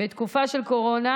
בתקופה של קורונה,